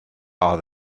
are